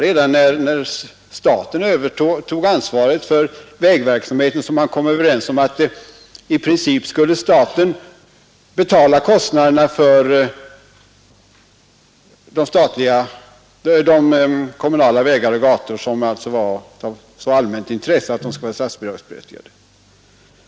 Redan när staten övertog ansvaret för driften av kommunala vägar och gator kom man överens om att staten i princip skulle betala kostnaderna för de kommunala vägar och gator som var av så allmänt intresse att de borde vara statsbidragsberättigade.